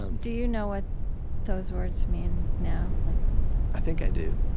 um do you know what those words mean now? like i think i do.